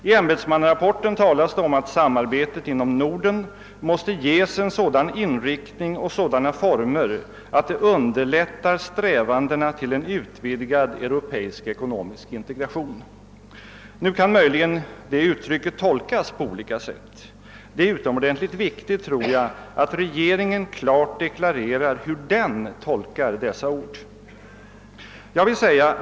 I ämbetsmannarapporten talas det om att samarbetet inom Norden måste »ges en sådan inriktning och sådana former att det underlättar strävandena till en utvidgad europeisk ekonomisk integration». Möjligen kan uttrycket »utvidgad europeisk ekonomisk integration» uppfattas på olika sätt. Det är utomordentligt viktigt att regeringen klart deklarerar hur den tolkar dessa ord.